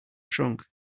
trunk